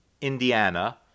Indiana